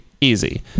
easy